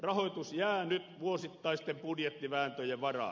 rahoitus jää nyt vuosittaisten budjettivääntöjen varaan